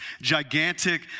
gigantic